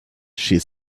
she